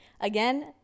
Again